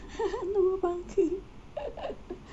tua bangka